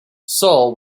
saul